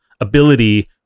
ability